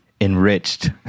enriched